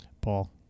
Paul